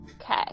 Okay